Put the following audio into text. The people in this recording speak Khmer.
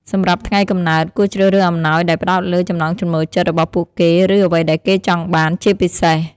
សម្រាប់ថ្ងៃកំណើត គួរជ្រើសរើសអំណោយដែលផ្តោតលើ ចំណង់ចំណូលចិត្ត របស់ពួកគេ ឬ អ្វីដែលគេចង់បាន ជាពិសេស។